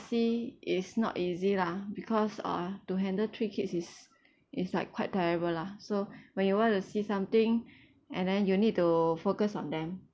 oversea is not easy lah because uh to handle three kids is it's like quite terrible lah so when you want to see something and then you need to focus on them